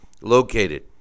located